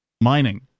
mining